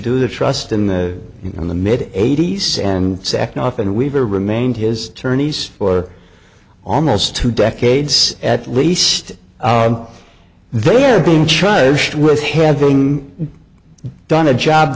do the trust in the in the mid eighty's and second off and weaver remained his attorneys for almost two decades at least they're being childish with having done a job